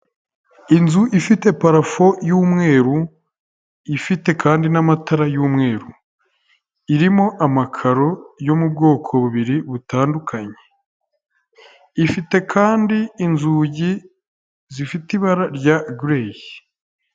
Inzu ifite parafo y'umweru, ifite kandi n'amatara y'umweru, irimo amakaro yo mu bwoko bubiri butandukanye, ifite kandi inzugi zifite ibara rya gireyi.